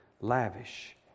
Lavish